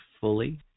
fully